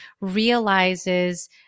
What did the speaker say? realizes